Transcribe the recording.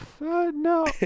no